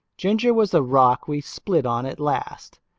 ginger was the rock we split on at last.